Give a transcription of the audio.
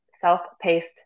self-paced